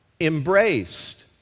embraced